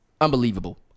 unbelievable